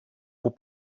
που